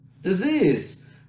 disease